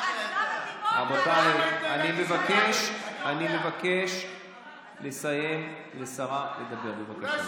רבותיי, אני מבקש אני מבקש לתת לשרה לדבר, בבקשה.